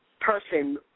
person